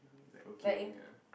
like okay only lah